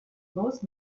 most